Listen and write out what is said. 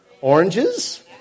Oranges